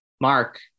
Mark